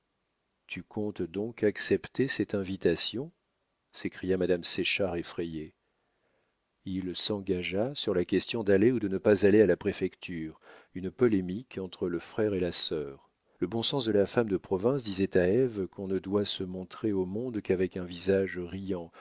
tu comptes donc accepter cette invitation s'écria madame séchard effrayée il s'engagea sur la question d'aller ou de ne pas aller à la préfecture une polémique entre le frère et la sœur le bon sens de la femme de province disait à ève qu'on ne doit se montrer au monde qu'avec un visage riant